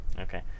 Okay